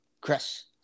Chris